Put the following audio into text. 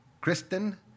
Kristen